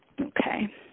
Okay